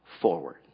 forward